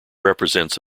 represents